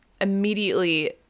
immediately